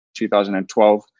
2012